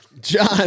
John